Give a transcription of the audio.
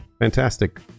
Fantastic